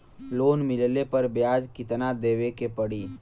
Loan मिलले पर ब्याज कितनादेवे के पड़ी?